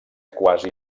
quasi